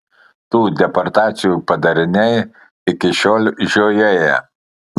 tų deportacijų padariniai iki šiol žiojėja